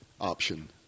option